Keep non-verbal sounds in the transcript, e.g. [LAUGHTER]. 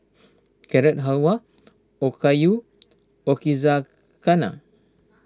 Carrot Halwa [NOISE] Okayu Yakizakana